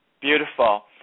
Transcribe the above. Beautiful